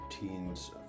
teens